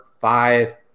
five